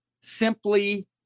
simply